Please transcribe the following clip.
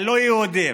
הלא-יהודים.